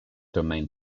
domain